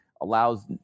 allows